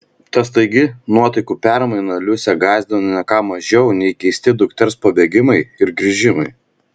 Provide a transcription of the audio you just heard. ta staigi nuotaikų permaina liusę gąsdino ne ką mažiau nei keisti dukters pabėgimai ir grįžimai